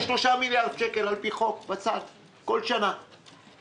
יש בצד 3 מיליארד שקל על פי חוק בכל שנת תקציב.